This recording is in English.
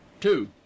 two